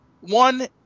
one